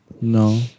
No